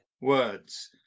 words